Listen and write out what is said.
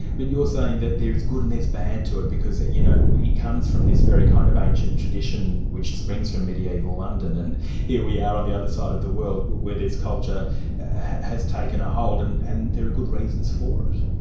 but you're saying that there is good and there's bad to it, because it you know comes from this very kind of ancient tradition which springs from mediaeval london, and here we are on the other side of the world where where this culture has taken a hold and and there are good reasons for it.